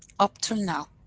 up till now,